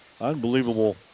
Unbelievable